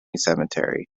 cemetery